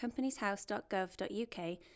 companieshouse.gov.uk